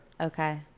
Okay